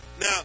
Now